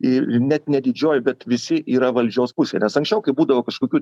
ir net ne didžioji bet visi yra valdžios pusėj nes anksčiau kai būdavo kažkokių